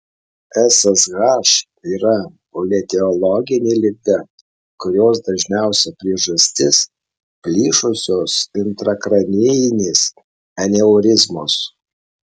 ssh yra polietiologinė liga kurios dažniausia priežastis plyšusios intrakranijinės aneurizmos